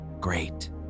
Great